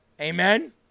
Amen